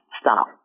stop